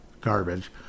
Garbage